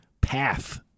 path